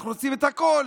אנחנו רוצים את הכול,